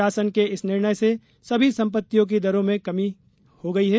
शासन के इस निर्णय से सभी सम्पत्तियों की दरों मे की गई है